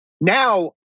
now